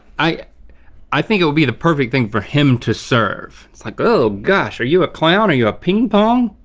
i i think it'll be the perfect thing for him to serve. it's like oh gosh, are you a clown? are you a ping pong?